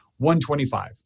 125